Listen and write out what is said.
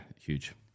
huge